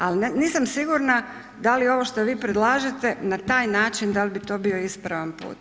Ali nisam sigurna da li ovo što vi predlažete na taj način, da li bi to bio ispravan put.